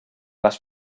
les